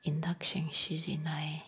induction ꯁꯤꯖꯤꯟꯅꯩ